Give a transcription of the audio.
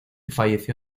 falleció